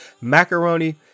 Macaroni